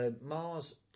Mars